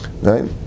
right